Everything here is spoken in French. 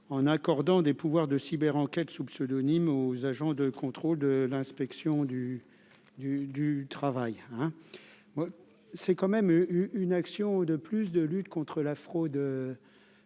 en accordant des pouvoirs de Cyber enquête sous pseudonyme aux agents de compte. Trop de l'inspection du du du travail hein, c'est quand même une action de plus de lutte contre la fraude